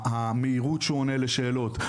המהירות שהוא עונה לשאלות,